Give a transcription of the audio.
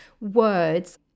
words